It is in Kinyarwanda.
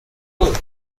ruhango